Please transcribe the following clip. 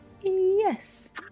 Yes